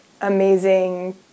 amazing